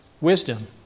wisdom